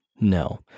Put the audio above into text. No